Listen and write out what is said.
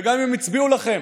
וגם אם הם הצביעו לכם,